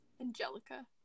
Angelica